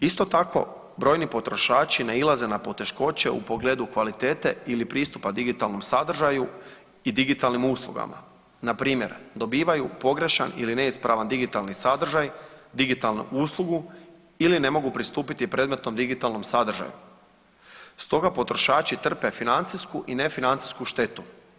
Isto tako, brojni potrošači nailaze na poteškoće u pogledu kvalitete ili pristupa digitalnom sadržaju i digitalnim uslugama npr. dobivaju pogrešan ili neispravan digitalni sadržaj, digitalnu uslugu ili ne mogu pristupiti predmetnom digitalnom sadržaju stoga potrošači trpe financijsku i nefinancijsku štetu.